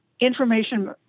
Information